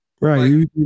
Right